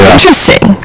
interesting